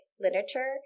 literature